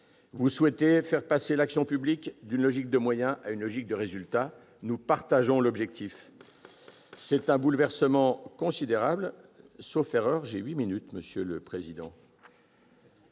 Vous souhaitez faire passer l'action publique d'une logique de moyens à une logique de résultat. Nous partageons l'objectif. C'est un bouleversement considérable. Veuillez conclure, mon cher collègue.